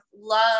love